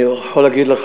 אני יכול להגיד לך,